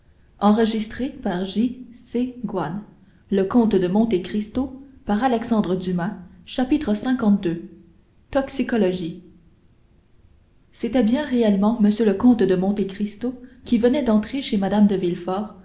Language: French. le comte de monte cristo connaît-il m de villefort lii toxicologie c'était bien réellement m le comte de monte cristo qui venait d'entrer chez mme de villefort